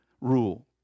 rule